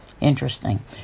Interesting